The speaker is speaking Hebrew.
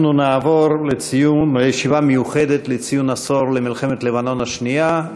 אנחנו נעבור לישיבה מיוחדת לציון עשור למלחמת לבנון השנייה.